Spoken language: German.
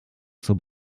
zur